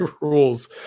rules